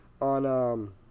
on